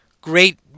great